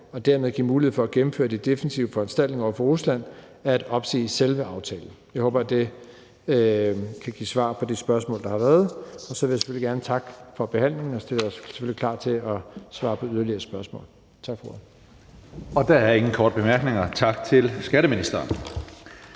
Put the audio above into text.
og dermed give mulighed for at gennemføre de defensive foranstaltninger over for Rusland er at opsige selve aftalen. Jeg håber, det kan give svar på de spørgsmål, der har været. Så vil jeg selvfølgelig gerne takke for behandlingen, og jeg er selvfølgelig klar til at svare på yderligere spørgsmål. Tak for ordet Kl. 23:10 Tredje næstformand (Karsten Hønge): Der er ingen korte bemærkninger. Tak til skatteministeren.